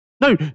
No